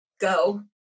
go